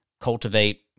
cultivate